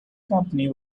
company